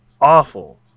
awful